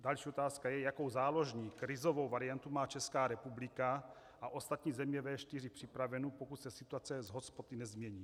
Další otázka je, jakou záložní krizovou variantu má Česká republika a ostatní země V4 připravenu, pokud se situace s hotspoty nezmění.